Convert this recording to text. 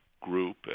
group